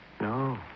No